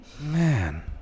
Man